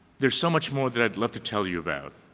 there is so much more that i'd love to tell you about.